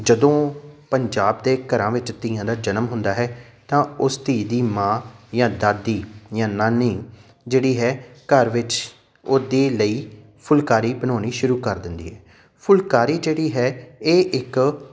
ਜਦੋਂ ਪੰਜਾਬ ਦੇ ਘਰਾਂ ਵਿੱਚ ਧੀਆਂ ਦਾ ਜਨਮ ਹੁੰਦਾ ਹੈ ਤਾਂ ਉਸ ਧੀ ਦੀ ਮਾਂ ਜਾਂ ਦਾਦੀ ਜਾਂ ਨਾਨੀ ਜਿਹੜੀ ਹੈ ਘਰ ਵਿੱਚ ਉਹ ਦੇ ਲਈ ਫੁਲਕਾਰੀ ਬਣਾਉਣੀ ਸ਼ੁਰੂ ਕਰ ਦਿੰਦੀ ਹੈ ਫੁਲਕਾਰੀ ਜਿਹੜੀ ਹੈ ਇਹ ਇੱਕ